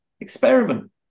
Experiment